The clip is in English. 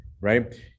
right